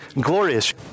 glorious